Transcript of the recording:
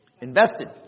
Invested